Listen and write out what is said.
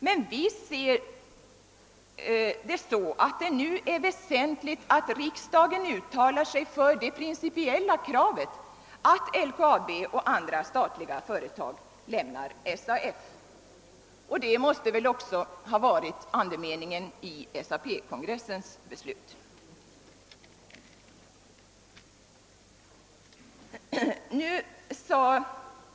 Men vi ser det så, att det nu är väsentligt, att riksdagen uttalar sig för det principiella kravet att LKAB och andra statliga företag lämnar SAF. Detta måste väl också ha varit andemeningen i SAP:s kongressbeslut.